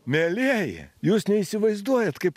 mielieji jūs neįsivaizduojat kaip